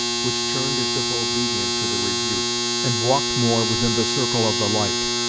which turned as if obedient to the rebuke, and walked more within the circle of the light.